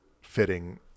fitting